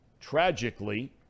tragically